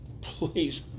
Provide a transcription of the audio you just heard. please